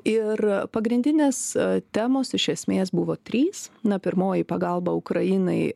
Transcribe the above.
ir pagrindinės temos iš esmės buvo trys na pirmoji pagalba ukrainai